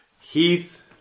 Heath